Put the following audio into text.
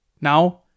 Now